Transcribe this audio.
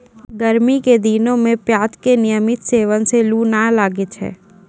गर्मी के दिनों मॅ प्याज के नियमित सेवन सॅ लू नाय लागै छै